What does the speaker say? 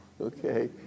Okay